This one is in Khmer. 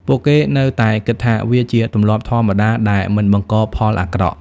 ពួកគេនៅតែគិតថាវាជាទម្លាប់ធម្មតាដែលមិនបង្កផលអាក្រក់។